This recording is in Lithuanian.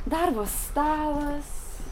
darbo stalas